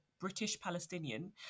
British-Palestinian